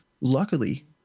Luckily